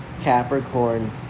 Capricorn